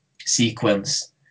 sequence